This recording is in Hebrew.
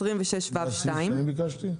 26ו2. זה הסעיף שאני ביקשתי?